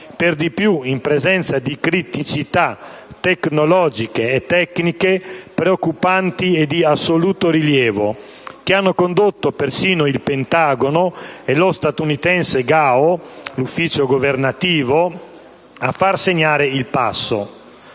per di più in presenza di criticità tecnologiche e tecniche preoccupanti e di assoluto rilievo, che hanno condotto persino il Pentagono e lo statunitense GAO (*Government accountability office*) a far segnare il passo.